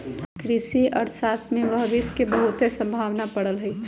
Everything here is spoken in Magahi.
कृषि अर्थशास्त्र में भविश के बहुते संभावना पड़ल हइ